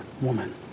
woman